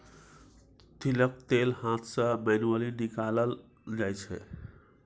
तिलक तेल हाथ सँ मैनुअली निकालल जाइ छै